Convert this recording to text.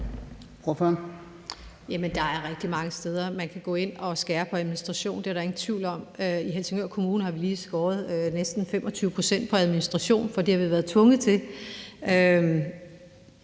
Der er rigtig mange steder, man kan gå ind og skære på administration. Det er der ingen tvivl om. I Helsingør Kommune har vi lige skåret næsten 25 pct. på administration, for det har vi være tvunget til.